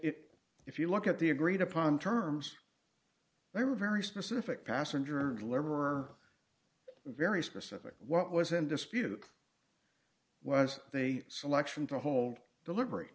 t if you look at the agreed upon terms they were very specific passenger lever or very specific what was in dispute was they selection to hold delivery